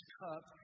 cup